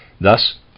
Thus